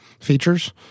features